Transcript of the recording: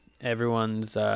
everyone's